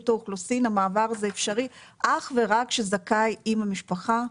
האוכלוסין המעבר הזה אפשרי אך ורק שזכאי עם המשפחה,